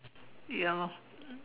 ya lor